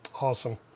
Awesome